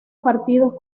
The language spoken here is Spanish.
partidos